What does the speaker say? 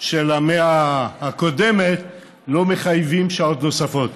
של המאה הקודמת לא מחייבים שעות נוספות.